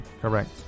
correct